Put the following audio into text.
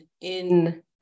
in-